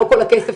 לא כל הכסף,